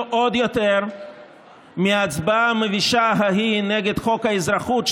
עוד יותר מההצבעה המבישה ההיא נגד חוק האזרחות,